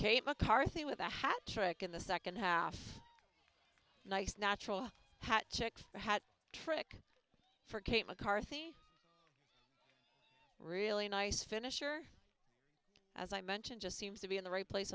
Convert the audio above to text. mccarthy with a hat trick in the second half nice natural hot chick a hat trick for kate mccarthy a really nice finisher as i mentioned just seems to be in the right place